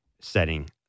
setting